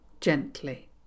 gently